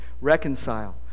reconcile